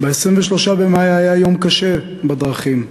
23 במאי היה יום קשה בדרכים,